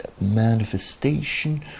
manifestation